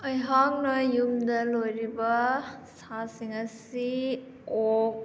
ꯑꯩꯍꯥꯛꯅ ꯌꯨꯝꯗ ꯂꯣꯏꯔꯤꯕ ꯁꯥꯁꯤꯡ ꯑꯁꯤ ꯑꯣꯛ